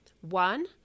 One